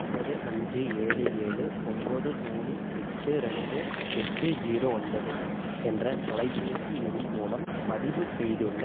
ஒம்பது அஞ்சு ஏழு ஏழு ஒம்பது மூணு எட்டு ரெண்டு எட்டு ஜீரோ ஒன்பது என்ற தொலைபேசி எண் மூலம் பதிவு செய்துள்ள